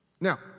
Now